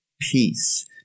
Peace